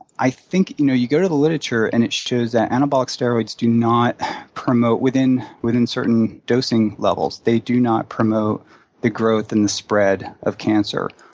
i think, you know, you go to the literature, and it shows that anabolic steroids do not promote, within within certain dosing levels, they do not promote the growth and the spread of cancer.